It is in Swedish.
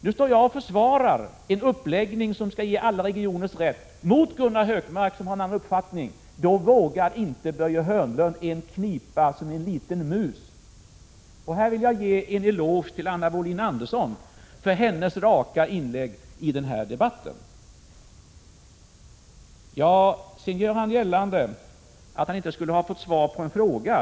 Nu står jag och försvarar en uppläggning som skall ge alla regioner rätt — mot Gunnar Hökmark som har en annan uppfattning. Då vågar Börje Hörnlund inte ens pipa som en liten mus. Här vill jag ge en eloge till Anna Wohlin-Andersson för hennes raka inlägg i den här debatten. Så gör Börje Hörnlund gällande att han inte skulle ha fått svar på en fråga.